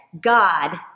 God